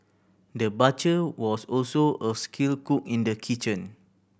the butcher was also a skilled cook in the kitchen